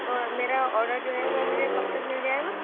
ہوں وہ میرا آڈر جو ہے وہ مجھے کب تک مل جائے گا